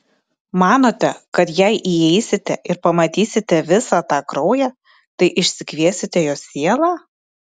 manote kad jei įeisite ir pamatysite visą tą kraują tai išsikviesite jos sielą